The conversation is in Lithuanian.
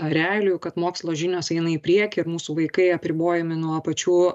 realijų kad mokslo žinios eina į priekį ir mūsų vaikai apribojami nuo pačių